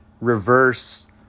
reverse